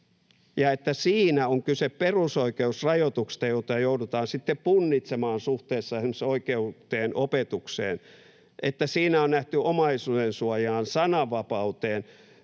siinä on kyse perusoikeusrajoituksesta, jota joudutaan sitten punnitsemaan suhteessa esimerkiksi oikeuteen opetukseen, ja että siinä on nähty omaisuudensuojaan, sananvapauteen,